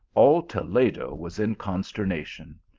all toledo was in consternation.